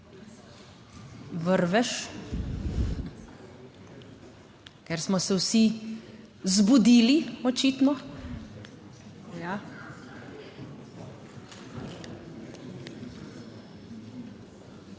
vrvež, ker smo se vsi zbudili očitno